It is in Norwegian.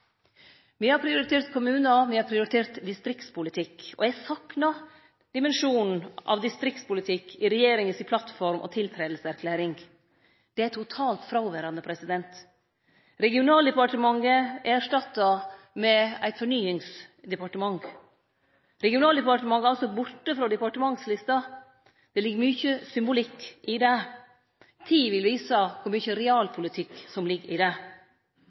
Me har prioritert kommunar, me har prioritert distriktspolitikk. Eg saknar dimensjonen av distriktspolitikk i regjeringas plattform og tiltredingserklæring – det er totalt fråverande. Regionaldepartementet er erstatta med eit fornyingsdepartement. Regionaldepartementet er altså borte frå departementslista – det ligg mykje symbolikk i det. Tida vil vise kor mykje realpolitikk som ligg i det.